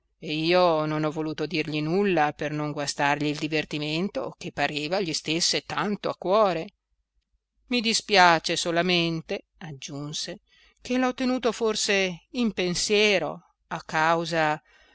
io non ho voluto dirgli nulla per non guastargli il divertimento che pareva gli stesse tanto a cuore i dispiace solamente aggiunse che l'ho tenuto forse in pensiero a causa